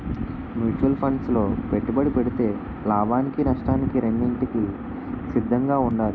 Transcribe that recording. mutual funds లో పెట్టుబడి పెడితే లాభానికి నష్టానికి రెండింటికి సిద్ధంగా ఉండాలి